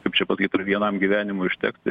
kaip čia pasakyt ar vienam gyvenimui užteks tai